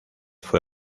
fue